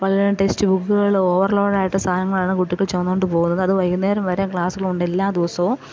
പലതരം ടെസ്റ്റ് ബുക്കുകളും ഓവർലോഡായിട്ട് സാധനങ്ങളാണ് കുട്ടികൾ ചുമന്നുകൊണ്ടു പോകുന്നത് അത് വൈകുന്നേരം വരെ ക്ലാസ്സുള്ളതുകൊണ്ട് എല്ലാ ദിവസവും